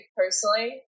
personally